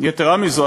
יתרה מזו,